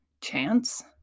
chance